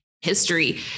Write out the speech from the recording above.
history